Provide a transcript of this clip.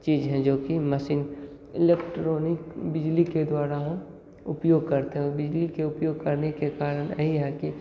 चीज हैं जो कि मसीन इलेक्ट्रॉनिक बिजली के द्वारा उपयोग करते हैं और बिजली के उपयोग करने के कारण यहीं है कि